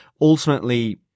ultimately